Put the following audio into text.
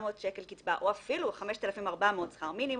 שקל קצבה או אפילו 5,400 שקלים שכר מינימום,